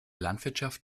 landwirtschaft